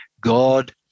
God